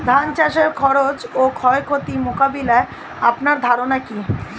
ধান চাষের খরচ ও ক্ষয়ক্ষতি মোকাবিলায় আপনার ধারণা কী?